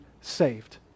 saved